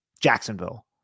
Jacksonville